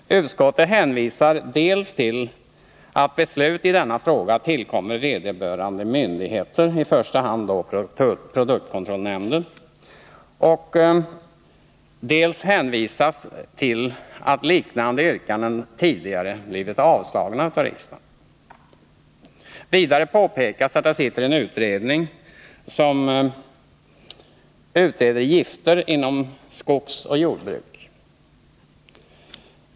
Utskottet hänvisar dels till att beslut i denna fråga tillkommer vederbörande myndigheter, i första hand produktkontrollnämnden, dels till att liknande yrkanden tidigare blivit avslagna av riksdagen. Vidare påpekas att det sitter en utredning som utreder frågor om gifter inom skogsoch jordbruk.